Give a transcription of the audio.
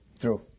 True